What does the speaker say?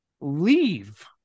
Leave